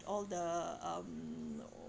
all the um